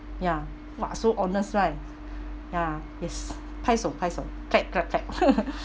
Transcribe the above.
ya !wah! so honours right ya yes pai shou pai shou clap clap clap